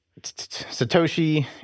Satoshi